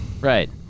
Right